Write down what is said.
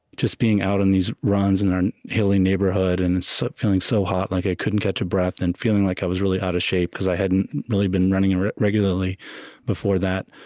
just being out on these runs in our hilly neighborhood and and so feeling so hot, like i couldn't catch a breath, and feeling like i was really out of shape, because i hadn't really been running regularly before that,